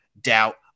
doubt